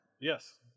Yes